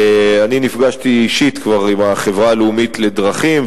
נפגשתי אישית עם החברה הלאומית לדרכים,